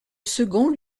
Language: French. second